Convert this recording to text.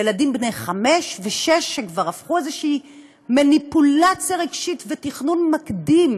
ילדים בני חמש ושש שכבר הפכו איזושהי מניפולציה רגשית ותכנון מקדים,